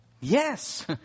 Yes